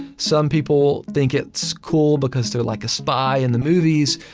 some people think it's cool because they're like a spy in the movies.